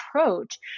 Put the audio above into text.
approach